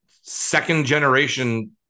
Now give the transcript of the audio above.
second-generation